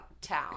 town